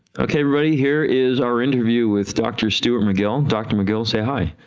okay everybody here is our interview with doctor stuart mcgill, doctor mcgill say hi.